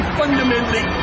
fundamentally